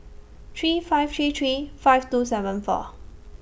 three five three three five two seven four